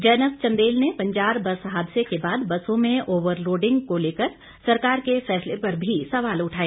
जैनब चंदेल ने बंजार बस हादसे के बाद बसों में ओवरलोडिंग को लेकर सरकार के फैसले पर भी सवाल उठाए